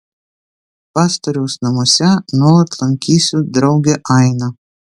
pastoriaus namuose nuolat lankysiu draugę ainą